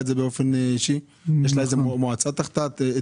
איזו מועצה תחתיה?